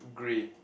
grey